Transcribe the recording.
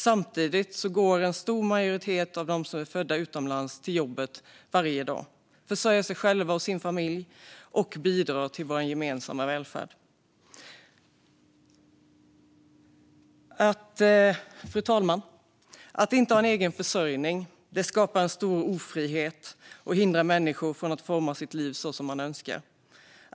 Samtidigt går en stor majoritet av dem som är födda utomlands till jobbet varje dag, försörjer sig själva och sin familj och bidrar till vår gemensamma välfärd. Fru talman! Att inte ha en egen försörjning skapar en stor ofrihet och hindrar människor från att forma sitt liv så som de önskar.